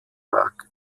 park